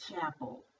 chapel